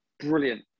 Brilliant